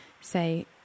say